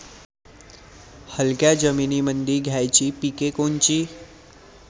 हलक्या जमीनीमंदी घ्यायची पिके कोनची?